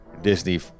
Disney